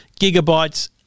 gigabytes